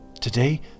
Today